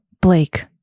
Blake